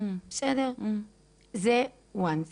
זה הדבר הראשון,